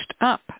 up